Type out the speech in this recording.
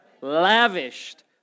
lavished